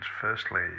firstly